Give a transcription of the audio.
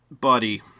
buddy